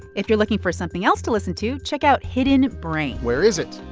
if you're looking for something else to listen to, check out hidden brain where is it?